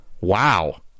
Wow